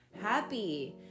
happy